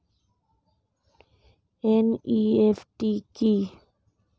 NEFT কি?